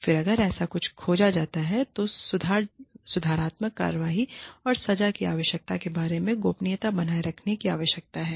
फिर अगर ऐसा कुछ खोजा जाता है तो सुधारात्मक कार्रवाई और सजा की आवश्यकता के बारे में गोपनीयता बनाए रखने की आवश्यकता है